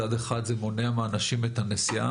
מצד אחד זה מונע מהאנשים את הנסיעה.